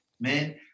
man